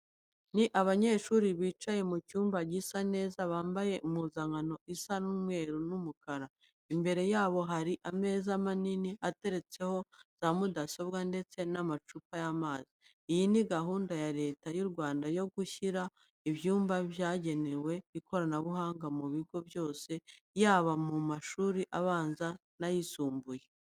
Ni abanyeshuri bicaye mu cyumba gisa neza, bambaye impuzankano isa umweru n'umukara. Imbere yabo hari ameza manini ateretseho za mudasobwa ndetse n'amacupa y'amazi. Iyi ni gahunda ya Leta y'u Rwanda yo gushyira ibyumba byagenewe ikoranabuhanga mu bigo byose yaba mu mashuri abanza n'ayisumbuye.